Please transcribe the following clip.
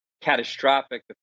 catastrophic